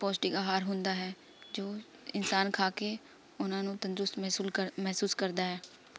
ਪੌਸ਼ਟਿਕ ਅਹਾਰ ਹੁੰਦਾ ਹੈ ਜੋ ਇਨਸਾਨ ਖਾ ਕੇ ਉਹਨਾਂ ਨੂੰ ਤੰਦਰੁਸਤ ਮਹਿਸੂਲ ਕਰ ਮਹਿਸੂਸ ਕਰਦਾ ਹੈ